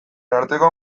arteko